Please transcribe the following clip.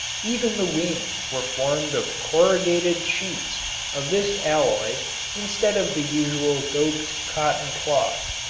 even the wings were formed of corrugated sheets of this alloy instead of the usual doped cotton-cloth.